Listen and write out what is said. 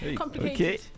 okay